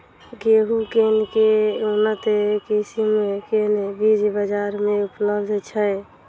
गेंहूँ केँ के उन्नत किसिम केँ बीज बजार मे उपलब्ध छैय?